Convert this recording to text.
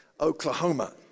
Oklahoma